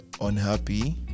unhappy